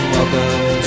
Welcome